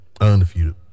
Undefeated